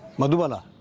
madhubala.